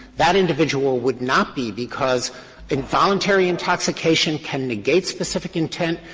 that individual would not be because involuntary intoxication can negate specific intent.